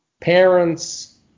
parents